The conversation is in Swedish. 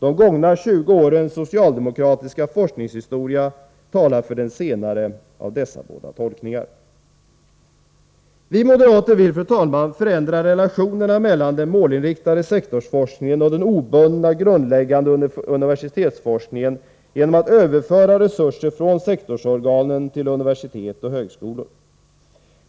De gångna 20 årens socialdemokratiska forskningshistoria talar för den senare av dessa båda tolkningar. Vi moderater vill, fru talman, förändra relationerna mellan den målinriktade sektorsforskningen och den obundna, grundläggande universitetsforskningen genom att överföra resurser från sektorsorganen till universitet och högskolor.